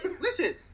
listen